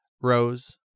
Rose